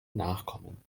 nachkommen